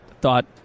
thought –